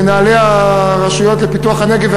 למנהלי הרשות לפיתוח הנגב,